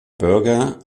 burger